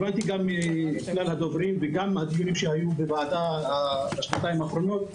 הבנתי גם מכלל הדוברים וגם מהדיונים שהיו בוועדה בשנתיים האחרונות,